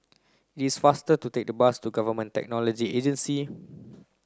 it is faster to take the bus to Government Technology Agency